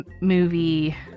movie